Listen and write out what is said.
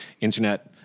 Internet